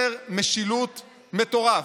חוסר משילות מטורף.